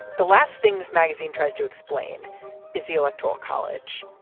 the last things magazine tries to explain is the electoral college.